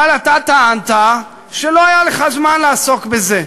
אבל אתה טענת שלא היה לך זמן לעסוק בזה.